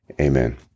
Amen